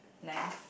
nice